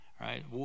right